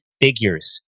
figures